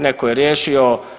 Netko je riješio.